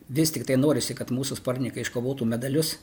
vis tiktai norisi kad mūsų sportininkai iškovotų medalius